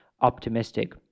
optimistic